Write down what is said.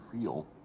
feel